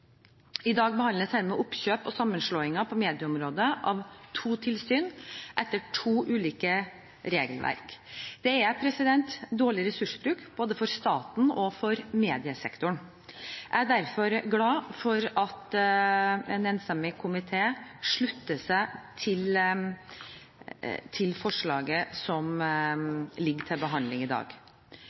I dag behandles oppkjøp og sammenslåinger på medieområdet av to tilsyn etter to ulike regelverk. Det er dårlig ressursbruk både for staten og for mediesektoren. Jeg er derfor glad for at en enstemmig komité slutter seg til forslaget som ligger til behandling i dag.